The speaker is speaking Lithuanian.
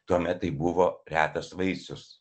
tuomet tai buvo retas vaisius